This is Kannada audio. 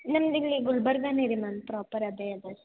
ನಮ್ದು ಇಲ್ಲಿ ಗುಲ್ಬರ್ಗನೇರಿ ಮ್ಯಾಮ್ ಪ್ರಾಪರ್ ಅದೇ ಇದೆ ರೀ